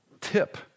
tip